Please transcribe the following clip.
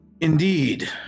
Indeed